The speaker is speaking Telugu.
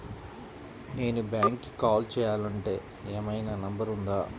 నేను బ్యాంక్కి కాల్ చేయాలంటే ఏమయినా నంబర్ ఉందా?